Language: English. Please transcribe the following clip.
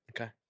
Okay